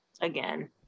again